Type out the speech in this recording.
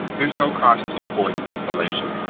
there is no cost yeah for the insulation,